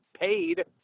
paid